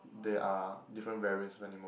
they are different variance of animal